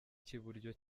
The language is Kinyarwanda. cy’iburyo